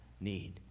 need